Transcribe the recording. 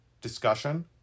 discussion